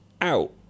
out